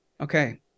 okay